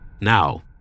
Now